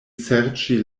serĉi